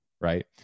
Right